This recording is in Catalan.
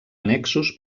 annexos